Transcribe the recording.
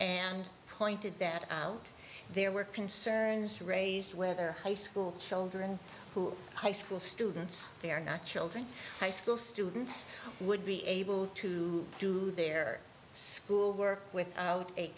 and pointed that out there were concerns raised whether high school children high school students or not children high school students would be able to do their schoolwork with